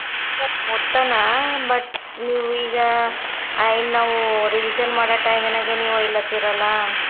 ಓದ್ತಾನೆ ಬಟ್ ನೀವು ಈಗ ಆ ಇನ್ನು ನಾವು ರಿವಿಶನ್ ಮಾಡೊ ಟೈಮಿನಾಗ ನೀವು ಇಲ್ಲಂತೀರಲ್ಲ